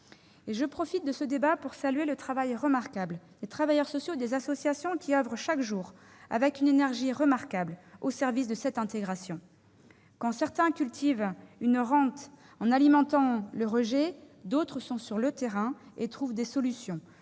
Je profite de ce débat pour saluer le travail remarquable des travailleurs sociaux et des associations, qui oeuvrent chaque jour avec une énergie remarquable au service de cette intégration. Quand certains cultivent une rente en alimentant le rejet, d'autres sont sur le terrain et trouvent des solutions